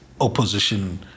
opposition